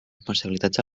responsabilitats